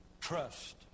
Trust